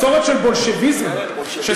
מסורת של בולשביזם, כן, בולשביזם.